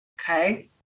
okay